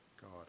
God